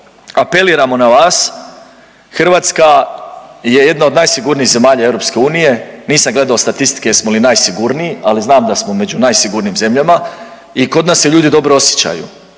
apeliramo na vas Hrvatska je jedna od najsigurnijih zemalja EU. Nisam gledao statistike jesmo li najsigurniji, ali znam da smo među najsigurnijim zemljama i kod nas se ljudi dobro osjećaju.